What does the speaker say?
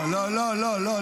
לא, לא.